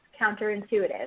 counterintuitive